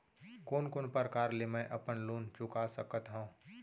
कोन कोन प्रकार ले मैं अपन लोन चुका सकत हँव?